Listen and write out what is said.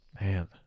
Man